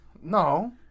No